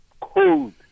cold